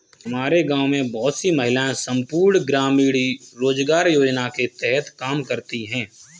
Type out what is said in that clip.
हमारे गांव में बहुत सी महिलाएं संपूर्ण ग्रामीण रोजगार योजना के तहत काम करती हैं